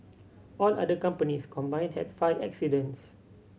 all other companies combined had five accidents